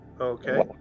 Okay